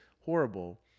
horrible